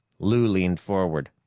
lou leaned forward.